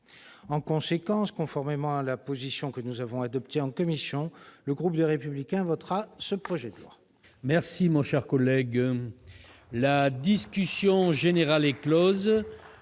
En conséquence, conformément à la position que nous avons adoptée en commission, le groupe Les Républicains votera ce texte.